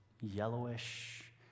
yellowish